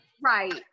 Right